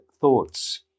thoughts